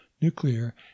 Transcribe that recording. nuclear